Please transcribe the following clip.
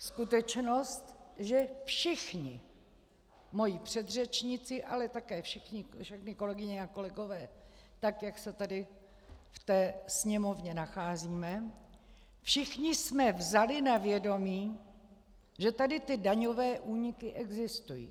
Skutečnost, že všichni moji předřečníci, ale také všechny kolegyně a kolegové, tak jak se tady v té sněmovně nacházíme, všichni jsme vzali na vědomí, že tady ty daňové úniky existují.